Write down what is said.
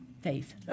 faith